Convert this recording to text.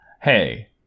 Hey